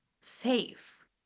safe